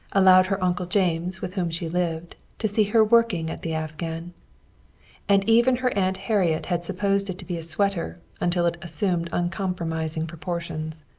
allowed her uncle james, with whom she lived, to see her working at the afghan and even her aunt harriet had supposed it to be a sweater until it assumed uncompromising proportions.